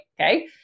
okay